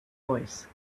voice